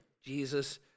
Jesus